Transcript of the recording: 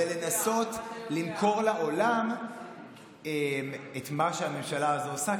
ולנסות למכור לעולם את מה שהממשלה הזו עושה,